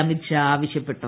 അമിത്ഷാ ആവശ്യപ്പെട്ടു